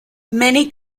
many